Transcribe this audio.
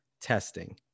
testing